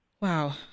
wow